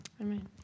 Amen